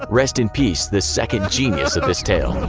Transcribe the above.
rest in peace the second genius of this tale.